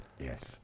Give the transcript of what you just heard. Yes